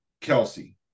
Kelsey